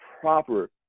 proper